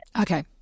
Okay